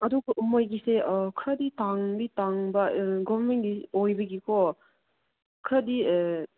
ꯑꯗꯨ ꯃꯣꯏꯒꯤꯁꯦ ꯈꯔꯗꯤ ꯇꯥꯡꯗꯤ ꯇꯥꯡꯕ ꯒꯣꯔꯃꯦꯟꯒꯤ ꯑꯣꯏꯕꯒꯤꯀꯣ ꯈꯔꯗꯤ